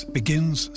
begins